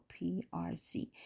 PRC